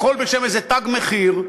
הכול בשם איזה "תג מחיר".